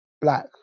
black